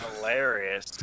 hilarious